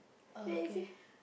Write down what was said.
okay